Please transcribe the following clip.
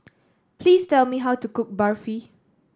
please tell me how to cook Barfi